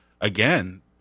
again